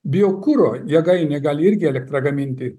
biokuro jėgainė gali irgi elektrą gaminti